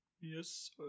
yes